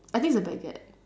I think it's a baguette